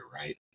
right